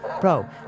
bro